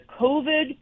COVID